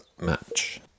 match